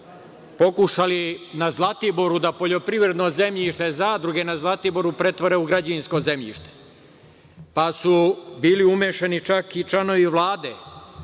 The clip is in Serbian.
pokušali na Zlatiboru da poljoprivredno zemljište, zadruge na Zlatiboru pretvore u građevinsko zemljište, pa su bili umešani čak i članovi Vlade.